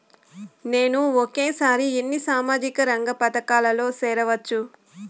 నేను ఒకేసారి ఎన్ని సామాజిక రంగ పథకాలలో సేరవచ్చు?